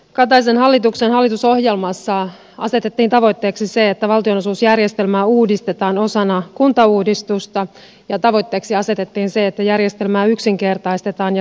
kataisen hallituksen hallitusohjelmassa asetettiin tavoitteeksi se että valtionosuusjärjestelmää uudistetaan osana kuntauudistusta ja että järjestelmää yksinkertaistetaan ja selkeytetään